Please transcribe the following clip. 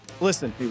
listen